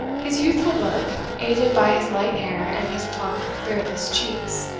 his youthful look, aided by his light hair and his plump beardless cheeks,